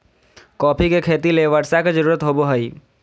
coffee के खेती ले बर्षा के जरुरत होबो हइ